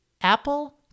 apple